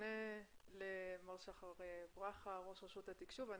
נפנה למר שחר ברכה, ראש רשות התקשוב.